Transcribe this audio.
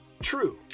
true